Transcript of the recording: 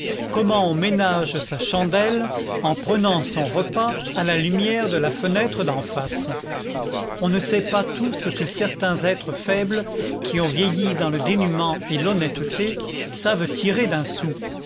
comment on ménage sa chandelle en prenant son repas à la lumière de la fenêtre d'en face on ne sait pas tout ce que certains êtres faibles qui ont vieilli dans le dénûment et l'honnêteté savent tirer d'un sou